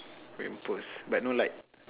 lamppost but no light